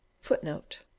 footnote